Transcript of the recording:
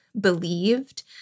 believed